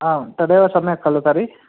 आं तदेव सम्यक् खलु तर्हि